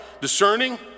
discerning